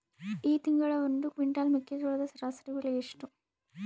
ಈ ತಿಂಗಳ ಒಂದು ಕ್ವಿಂಟಾಲ್ ಮೆಕ್ಕೆಜೋಳದ ಸರಾಸರಿ ಬೆಲೆ ಎಷ್ಟು?